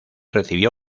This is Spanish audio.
recibió